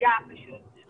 דווקא כן